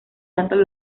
datos